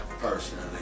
personally